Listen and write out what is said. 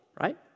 right